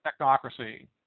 technocracy